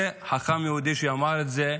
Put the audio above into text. זה חכם יהודי שאמר את זה,